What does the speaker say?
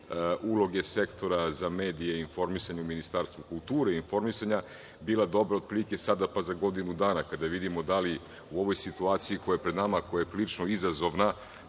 uloge sektora za medije i informisanje u Ministarstvu kulture i informisanja bila dobra otprilike sada pa za godinu dana kada vidimo da li u ovoj situaciji koja je pred nama, a koja je prilično izazovna,